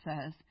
says